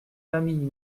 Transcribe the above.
familles